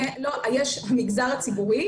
יש המגזר הציבורי,